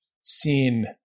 seen